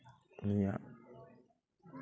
ᱱᱤᱭᱟᱹ